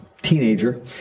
teenager